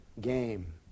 game